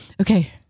okay